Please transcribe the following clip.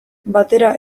batera